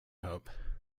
hope